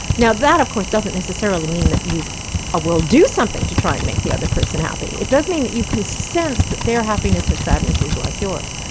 now that of course doesn't necessarily mean that you will do something to try and make the other person happy. it does mean that you can sense that their happiness or sadness is like yours.